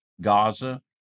Gaza